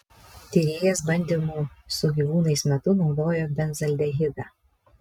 tyrėjas bandymų su gyvūnais metu naudojo benzaldehidą